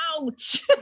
Ouch